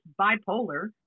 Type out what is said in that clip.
bipolar